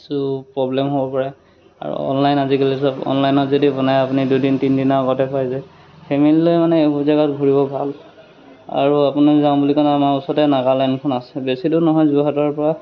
কিছু প্ৰব্লেম হ'ব পাৰে আৰু অনলাইন আজিকালি চব অনলাইনত যদি বনায় আপুনি দুদিন তিনিদিনৰ আগতে পায় যায় ফেমেলি লৈ মানে এইবোৰ জেগাত ঘূৰিব ভাল আৰু আপুনি যাওঁ বুলি ক'লে আমাৰ ওচৰতে নাগালেণ্ডখন আছে বেছিটো নহয় যোৰহাটৰপৰা